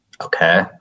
Okay